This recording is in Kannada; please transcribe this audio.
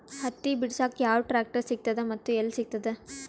ಹತ್ತಿ ಬಿಡಸಕ್ ಯಾವ ಟ್ರಾಕ್ಟರ್ ಸಿಗತದ ಮತ್ತು ಎಲ್ಲಿ ಸಿಗತದ?